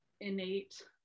innate